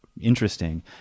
interesting